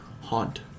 haunt